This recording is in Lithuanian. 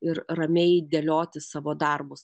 ir ramiai dėlioti savo darbus